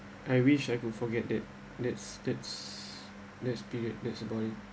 I wish I could forget that that's that's that's period that's about it